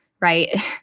Right